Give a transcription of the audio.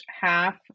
half